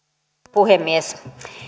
puhemies